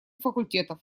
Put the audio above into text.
факультетов